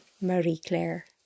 Marie-Claire